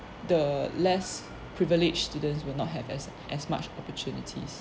the less privileged students will not have as as much opportunities